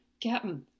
captain